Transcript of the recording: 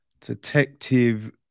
Detective